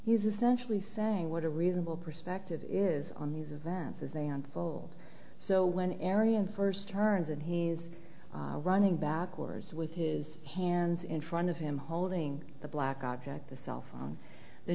he's essentially saying what a reasonable perspective is on these events as they aren't full so when arion first turns and he's running backwards with his hands in front of him holding the black object the cell phone the